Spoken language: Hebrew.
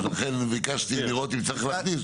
לכן ביקשתי לראות אם צריך להכניס.